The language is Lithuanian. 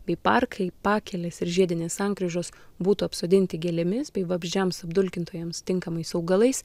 bei parkai pakelės ir žiedinės sankryžos būtų apsodinti gėlėmis bei vabzdžiams apdulkintojams tinkamais augalais